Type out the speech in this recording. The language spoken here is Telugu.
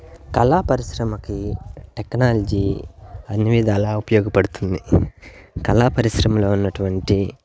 కళా పరిశ్రమకి టెక్నాలజీ అన్ని విధాలా ఉపయోగపడుతుంది కళా పరిశ్రమలో ఉన్నటువంటి